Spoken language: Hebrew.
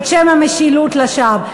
את שם המשילות לשווא.